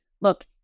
look